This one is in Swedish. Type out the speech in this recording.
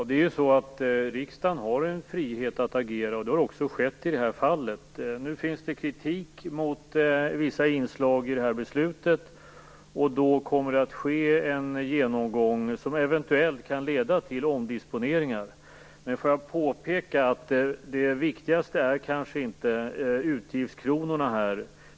Herr talman! Riksdagen har en frihet att agera, och det har också skett i det här fallet. Nu finns det kritik mot vissa inslag i beslutet, och det kommer att ske en genomgång som eventuellt kan leda till omdisponeringar. Men jag vill påpeka att det viktigaste kanske inte är utgiftskronorna.